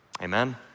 Amen